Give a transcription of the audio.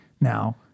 now